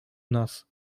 nas